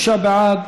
26 בעד,